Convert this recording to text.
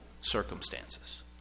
circumstances